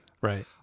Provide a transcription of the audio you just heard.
Right